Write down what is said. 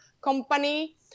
Company